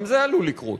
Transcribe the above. גם זה עלול לקרות.